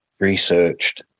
researched